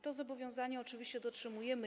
Tego zobowiązania oczywiście dotrzymujemy.